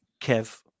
Kev